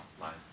life